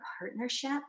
partnership